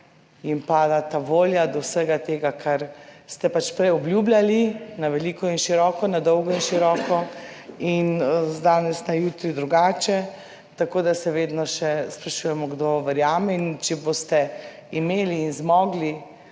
jim pada ta volja do vsega tega, kar ste pač prej obljubljali na veliko in široko, na dolgo in široko in z danes na jutri drugače. Tako da se vedno še sprašujemo, kdo verjame. In če boste imeli in zmogli